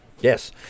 Yes